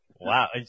Wow